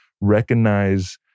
recognize